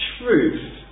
truth